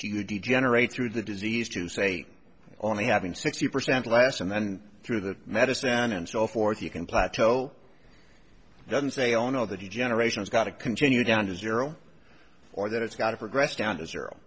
do you degenerate through the disease to say only having sixty percent last and then through that medicine and so forth you can plateau doesn't say oh no that he generation has got to continue down to zero or that it's got to progress down to zero